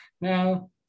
Now